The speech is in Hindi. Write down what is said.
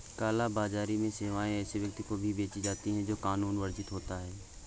काला बाजारी में सेवाएं ऐसे व्यक्ति को भी बेची जाती है, जो कानूनन वर्जित होता हो